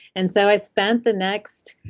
and so i spent the next,